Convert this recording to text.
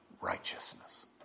righteousness